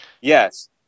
yes